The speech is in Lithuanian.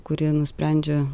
kuri nusprendžia